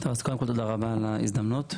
תודה רבה על ההזדמנות,